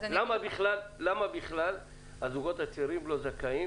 למה בכלל הזוגות הצעירים לא זכאים